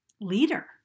leader